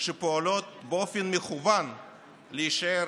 שפועלות באופן מכוון להישאר